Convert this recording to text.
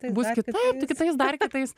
bus kitaip tai kitais dar kitais